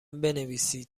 بنویسید